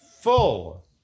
full